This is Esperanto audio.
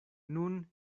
nun